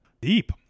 Deep